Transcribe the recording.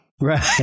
Right